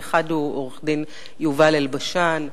האחד הוא העורך-דין יובל אלבשן,